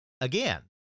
again